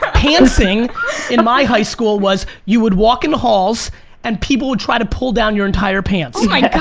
pantsing in my high school was you would walk in the halls and people would try to pull down your entire pants. oh my yeah